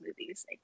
movies